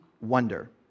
wonder